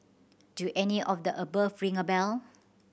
do any of the above ring a bell